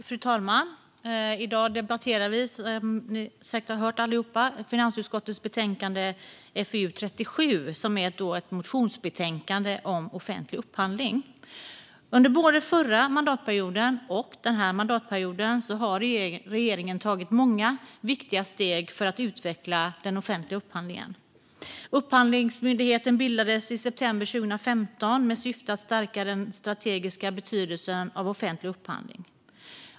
Fru talman! Nu debatterar vi, som ni allihop säkert hört, finansutskottets betänkande FiU34, som är ett motionsbetänkande om offentlig upphandling. Under både förra mandatperioden och denna mandatperiod har regeringen tagit många viktiga steg för att utveckla den offentliga upphandlingen. Upphandlingsmyndigheten bildades i september 2015 med syftet att stärka den strategiska betydelsen av offentlig upphandling.